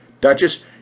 Duchess